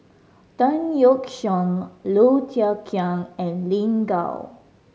Tan Yeok Seong Low Thia Khiang and Lin Gao